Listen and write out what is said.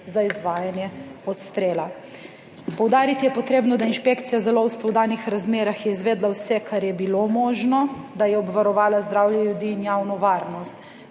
za izvajanje odstrela. Poudariti je potrebno, da je inšpekcija za lovstvo v danih razmerah izvedla vse, kar je bilo možno, da je obvarovala zdravje ljudi in javno varnost.